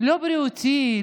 לא בריאותי,